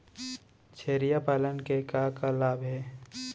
छेरिया पालन के का का लाभ हे?